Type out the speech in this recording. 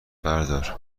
بردار